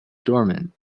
dormant